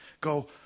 go